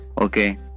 Okay